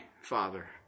father